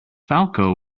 falco